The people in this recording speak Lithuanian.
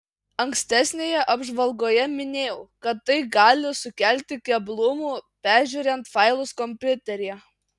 ankstesnėje apžvalgoje minėjau kad tai gali sukelti keblumų peržiūrint failus kompiuteryje